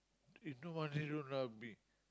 we've no margin road lah B